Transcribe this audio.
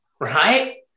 right